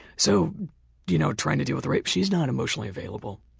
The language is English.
so you know trying to deal with rape, she's not emotionally available.